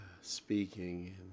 speaking